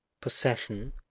possession